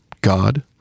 god